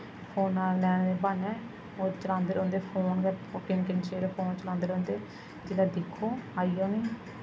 phone लैने दे ब्हान्नै ओह् चलांदे रौंह्दे फोन गै किन्ने किन्ने चिर फोन चलांदे रौंह्दे जिसलै दिक्खो आइयै उ'नेंगी